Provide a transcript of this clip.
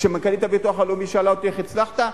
כשמנכ"לית הביטוח הלאומי שאלה אותי: איך הצלחת?